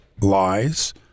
lies